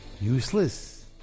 useless